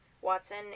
Watson